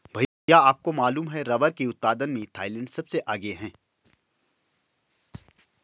भैया आपको मालूम है रब्बर के उत्पादन में थाईलैंड सबसे आगे हैं